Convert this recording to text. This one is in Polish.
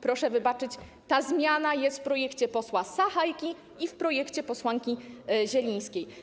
Proszę wybaczyć, ta zmiana jest w projekcie posła Sachajki i w projekcie posłanki Zielińskiej.